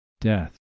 Death